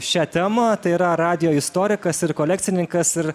šią temą tai yra radijo istorikas ir kolekcininkas ir